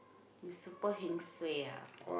you super heng suay ah